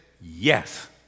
yes